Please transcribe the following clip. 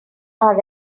are